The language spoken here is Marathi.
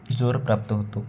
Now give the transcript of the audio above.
जोर प्राप्त होतो